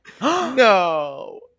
no